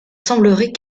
semblerait